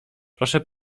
proszę